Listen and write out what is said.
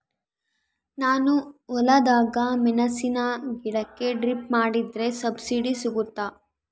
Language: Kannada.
ನಾನು ಹೊಲದಾಗ ಮೆಣಸಿನ ಗಿಡಕ್ಕೆ ಡ್ರಿಪ್ ಮಾಡಿದ್ರೆ ಸಬ್ಸಿಡಿ ಸಿಗುತ್ತಾ?